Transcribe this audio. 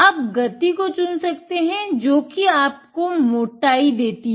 आप गति को चुन सकते है जोकि आपको मोटाई देती है